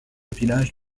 village